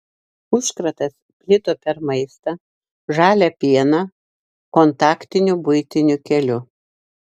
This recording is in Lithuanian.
užkratas plito per maistą žalią pieną kontaktiniu buitiniu keliu